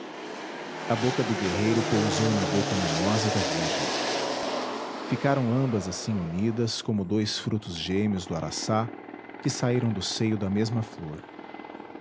a boca do guerreiro pousou na boca mimosa da virgem ficaram ambas assim unidas como dois frutos gêmeos do araçá que saíram do seio da mesma flor